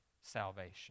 salvation